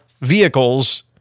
vehicles